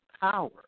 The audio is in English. power